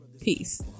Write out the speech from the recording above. peace